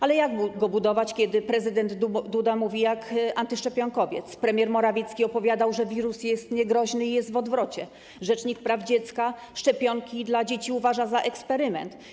Ale jak go budować, kiedy prezydent Duda mówi jak antyszczepionkowiec, premier Morawiecki opowiada, że wirus jest niegroźny i jest w odwrocie, a rzecznik praw dziecka szczepionki dla dzieci uważa za eksperyment?